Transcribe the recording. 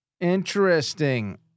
interesting